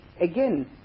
again